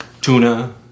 tuna